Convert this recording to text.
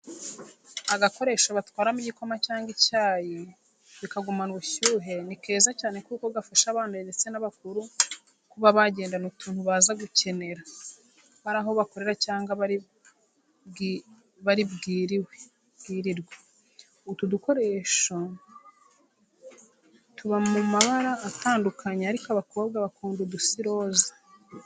Agakoresho batwaramo igikoma cyangwa icyayi bikagumana ubushyuhe, ni keza cyane kuko gafasha abana ndetse n'abakuru kuba bagendana utuntu baza gukenera, bari aho bakorera cyangwa bari bwiriwe. Utu dukoresha tuba mu mabara atandukanye ariko abakobwa bakunda udusa iroza.